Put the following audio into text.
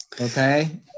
Okay